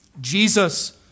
Jesus